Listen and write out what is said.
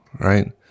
right